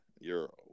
Euro